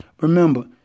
remember